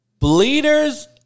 Bleeders